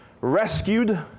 rescued